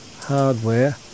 hardware